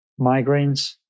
migraines